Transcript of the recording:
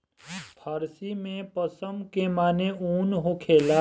फ़ारसी में पश्म के माने ऊन होखेला